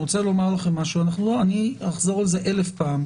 אני רוצה לומר לכם משהו ואני אחזור על זה אלף פעם,